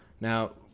Now